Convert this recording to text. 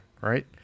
right